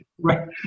Right